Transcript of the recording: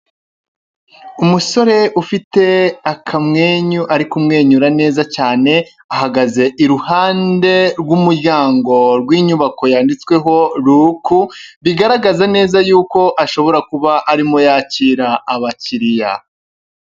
Umusore ufite akamwenyu ari kumwenyura neza cyane, ahagaze iruhande rw'umuryango w'inyubako yanditsweho luku, bigaragaza neza yuko ashobora kuba arimo yakira abakiriya.